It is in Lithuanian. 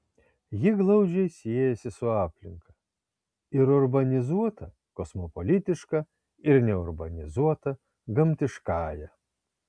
ji glaudžiai siejasi su aplinka ir urbanizuota kosmopolitiška ir neurbanizuota gamtiškąja